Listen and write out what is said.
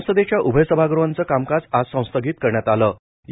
संसदेच्या उभय सभागृहांचं कामकाज आज संस्थगित करण्यात आलं होतं